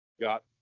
got